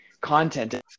content